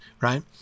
right